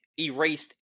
erased